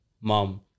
mom